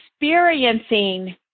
experiencing